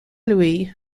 lui